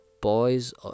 boys